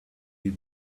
you